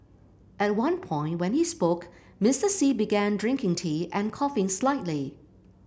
at one point when he spoke Mister Xi began drinking tea and coughing slightly